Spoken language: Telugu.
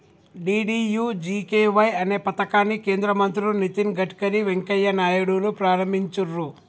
డీ.డీ.యూ.జీ.కే.వై అనే పథకాన్ని కేంద్ర మంత్రులు నితిన్ గడ్కరీ, వెంకయ్య నాయుడులు ప్రారంభించిర్రు